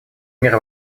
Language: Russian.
мир